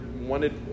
wanted